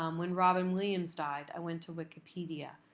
um when robin williams died, i went to wikipedia,